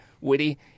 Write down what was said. witty